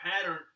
pattern